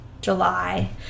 July